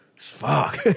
Fuck